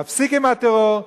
להפסיק עם הטרור,